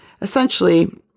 essentially